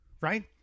right